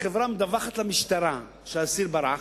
שהחברה מדווחת למשטרה שהאסיר ברח,